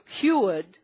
cured